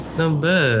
number